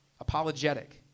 apologetic